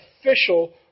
official